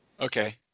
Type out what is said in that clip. okay